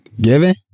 Giving